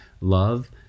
love